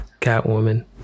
Catwoman